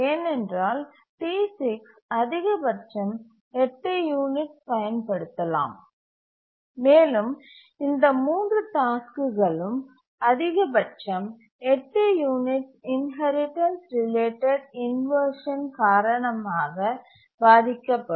ஏனென்றால் T6 அதிகபட்சம் 8 units பயன்படுத்தலாம் மேலும் இந்த 3 டாஸ்க்குகளும் அதிகபட்சம் 8 யூனிட்ஸ் இன்ஹெரிடன்ஸ் ரிலேட்டட் இன்வர்ஷன் காரணமாக பாதிக்கப்படும்